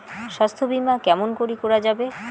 স্বাস্থ্য বিমা কেমন করি করা যাবে?